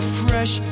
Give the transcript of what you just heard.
fresh